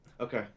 Okay